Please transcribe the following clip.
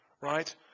Right